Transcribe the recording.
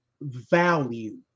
value